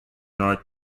north